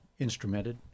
instrumented